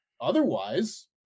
otherwise